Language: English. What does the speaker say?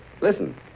listen